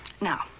Now